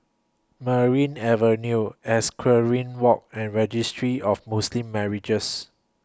Merryn Avenue Equestrian Walk and Registry of Muslim Marriages